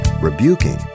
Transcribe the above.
rebuking